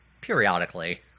periodically